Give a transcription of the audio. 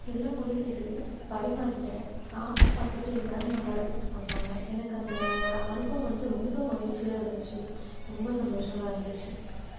எல்லாம் முடிஞ்சுது பரிமாறிவிட்டேன் சாப்பிட்டு பார்த்துட்டு எல்லோரும் நல்லாயிருக்குன்னு சொன்னாங்க எனக்கு அந்த அனுபவம் வந்து ரொம்ப மகிழ்ச்சியாக இருந்துச்சு ரொம்ப சந்தோஷமாக இருந்துச்சு